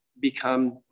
become